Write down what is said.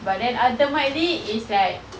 but then ultimately it's like